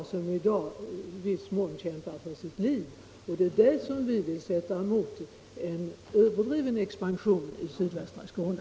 De kämpar i dag i viss mån för sitt liv. Vad vi i centern vill förhindra är en överdriven expansion i sydvästra Skåne.